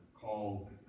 called